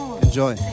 Enjoy